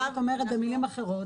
אמת אומרת במילים אחרות